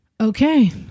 Okay